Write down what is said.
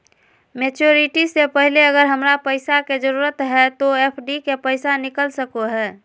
Maturity से पहले अगर हमरा पैसा के जरूरत है तो एफडी के पैसा निकल सको है?